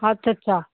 ਅੱਛਾ ਅੱਛਾ